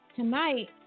Tonight